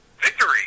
Victory